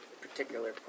particular